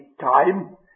time